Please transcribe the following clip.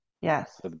Yes